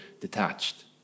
detached